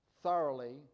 thoroughly